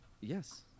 Yes